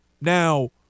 Now